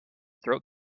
throat